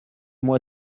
moi